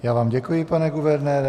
Já vám děkuji, pane guvernére.